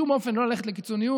בשום אופן לא ללכת לקיצוניות,